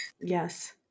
Yes